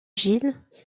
gilles